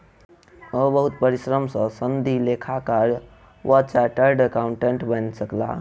ओ बहुत परिश्रम सॅ सनदी लेखाकार वा चार्टर्ड अकाउंटेंट बनि सकला